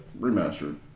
remastered